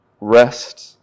Rest